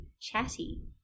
chatty